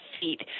feet